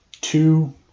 two